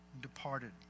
departed